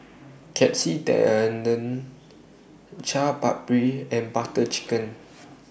Katsu Tendon Chaat Papri and Butter Chicken